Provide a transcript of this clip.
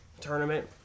tournament